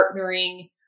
partnering